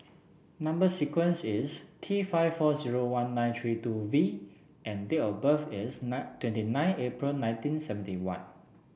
number sequence is T five four zero one nine three two V and date of birth is nine twenty nine April nineteen seventy one